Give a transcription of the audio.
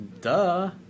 duh